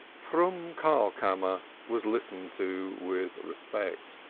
froom karlkammer was listened to with respect,